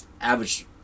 average